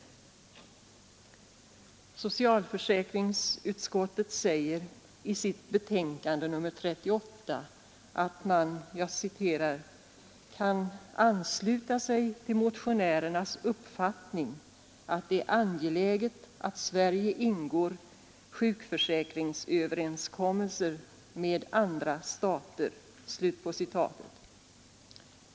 Nr 122 Socialförsäkringsutskottet säger i sitt betänkande nr 38 att man ”kan Onsdagen den ansluta sig till motionärernas uppfattning att det är angeläget att Sverige 23 föveniber 1972 ingår sjukförsäkringsöverenskommelser med andra stater”.